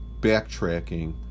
backtracking